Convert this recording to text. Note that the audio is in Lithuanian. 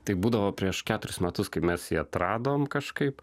tai būdavo prieš keturis metus kai mes jį atradom kažkaip